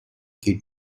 kid